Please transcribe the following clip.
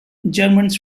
germans